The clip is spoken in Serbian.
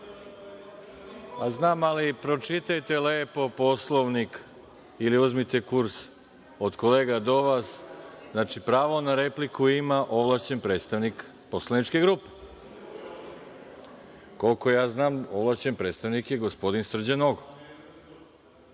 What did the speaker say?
na repliku. Pročitajte lepo Poslovnik ili uzmite kurs od kolega do vas. Znači, pravo na repliku ima ovlašćeni predstavnik poslaničke grupe. Koliko ja znam, ovlašćeni predstavnik je gospodin Srđan